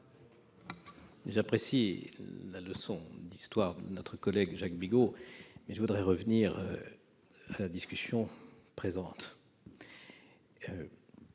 J'apprécie la leçon d'histoire que vient de nous donner Jacques Bigot, mais je voudrais revenir à la discussion présente.